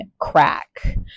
crack